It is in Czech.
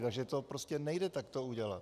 Takže to prostě nejde takto udělat.